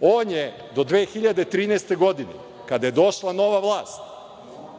On je do 2013. godine, kada je došla nova vlast,